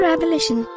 Abolition